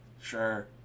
sure